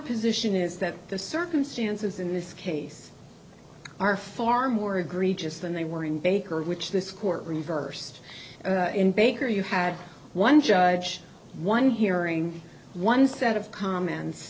position is that the circumstances in this case are far more egregious than they were in baker which this court reversed in baker you had one judge one hearing one set of comments